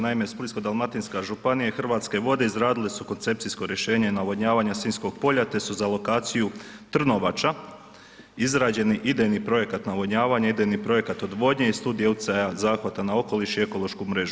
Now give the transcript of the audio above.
Naime, Splitsko-dalmatinska županija i Hrvatske vode izradile su koncepcijsko rješenje navodnjavanja Sinjskog polja te su za lokaciju Trnovača izrađeni projekat navodnjavanja, idejni projekat odvodnje i studija utjecaja zahvata na okoliš i ekološku mrežu.